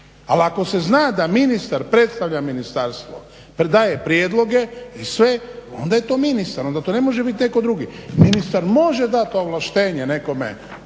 ali ako se zna da ministar predstavlja ministarstvo, predaje prijedloge i sve onda je to ministar, onda to ne može biti netko drugi. Ministar može dati to ovlaštenje nekome